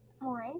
one